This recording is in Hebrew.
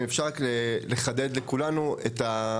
אם אפשר רק לחדד לכולנו את,